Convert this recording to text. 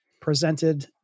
presented